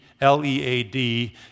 L-E-A-D